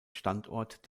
standort